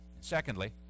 Secondly